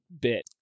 bit